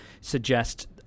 suggest